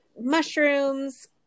mushrooms